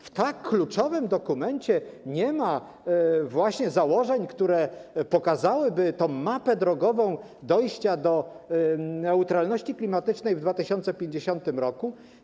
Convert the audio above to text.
W tak kluczowym dokumencie nie ma właśnie założeń, które pokazałyby mapę drogową dojścia do neutralności klimatycznej w 2050 r.